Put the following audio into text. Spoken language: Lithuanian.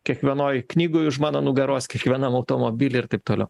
kiekvienoj knygoj už mano nugaros kiekvienam automobily ir taip toliau